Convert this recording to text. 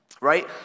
Right